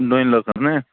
ڈوٗنۍ لٔکٕر نا